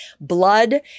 Blood